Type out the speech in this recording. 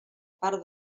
part